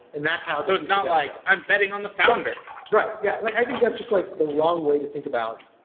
and that's how so it's not like i'm betting on the founder right, yeah. like i think that's just like the wrong way to think about,